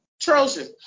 Trojan